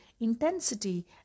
intensity